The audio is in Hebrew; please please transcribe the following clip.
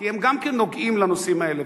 כי הם גם כן נוגעים לנושאים האלה.